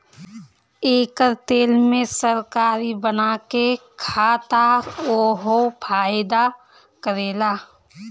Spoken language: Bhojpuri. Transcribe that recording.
एकर तेल में तरकारी बना के खा त उहो फायदा करेला